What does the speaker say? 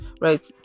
right